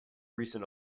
recent